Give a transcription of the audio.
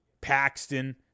Paxton